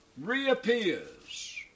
reappears